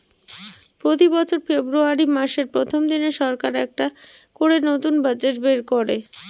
প্রতি বছর ফেব্রুয়ারী মাসের প্রথম দিনে সরকার একটা করে নতুন বাজেট বের করে